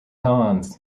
cons